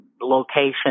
location